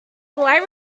light